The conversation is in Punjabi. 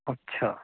ਅੱਛਾ